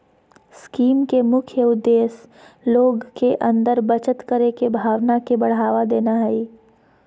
scheme के मुख्य उद्देश्य लोग के अंदर बचत करे के भावना के बढ़ावा देना हइ